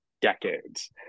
decades